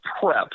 prep